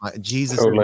Jesus